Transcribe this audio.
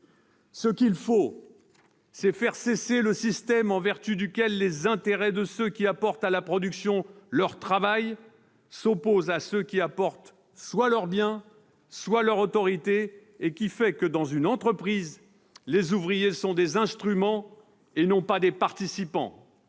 Ce qu'il faut, c'est faire cesser le système en vertu duquel les intérêts de ceux qui apportent à la production leur travail s'opposent à ceux qui y apportent soit leurs biens, soit leur autorité, et qui fait que, dans une entreprise, les ouvriers sont des instruments et non pas des participants.